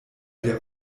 der